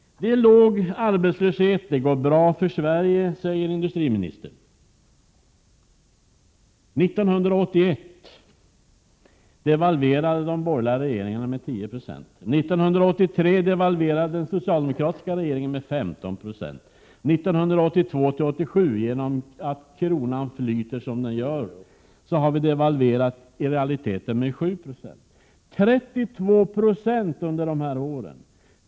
Det är låg arbetslöshet, det går bra för Sverige, säger industriministern. År 1981 devalverade den borgerliga regeringen med 10 96. År 1983 devalverade den socialdemokratiska regeringen med 15 96. Åren 1982-1987 har vi, genom att kronan flyter som den gör, i realiteten devalverat med 7 90. Det blir 32 90 på de här åren.